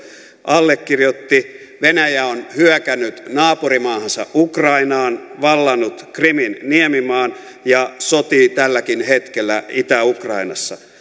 allekirjoitti venäjä on hyökännyt naapurimaahansa ukrainaan vallannut krimin niemimaan ja sotii tälläkin hetkellä itä ukrainassa